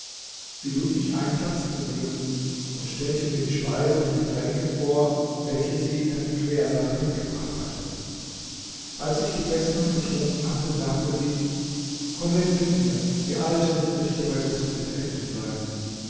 sie lud mich ein platz zu nehmen und stellte mir die speisen und getränke vor welche sie in einem quersack mitgebracht hatte als ich gegessen und getrunken hatte sagte sie komm jetzt mit mir die alte wird hier bei unseren effekten bleiben